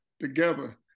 together